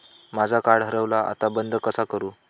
माझा कार्ड हरवला आता बंद कसा करू?